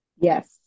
Yes